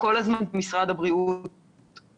משרד הבריאות כל הזמן